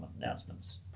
announcements